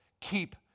keep